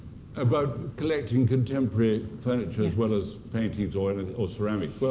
about collecting contemporary furniture, as well as paintings or and and or ceramics? well,